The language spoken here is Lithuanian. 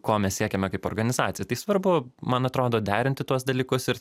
ko mes siekiame kaip organizacija tai svarbu man atrodo derinti tuos dalykus ir